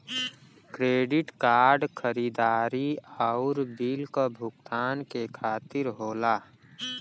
credit card खरीदारी आउर bill क भुगतान के खातिर होला